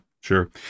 sure